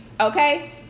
okay